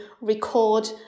record